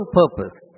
purpose